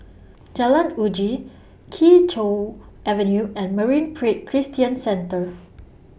Jalan Uji Kee Choe Avenue and Marine Parade Christian Centre